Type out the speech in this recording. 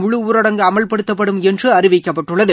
முழு ஊரடங்கு அமல்படுத்தப்படும் என்று அறிவிக்கப்பட்டுள்ளது